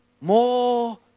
more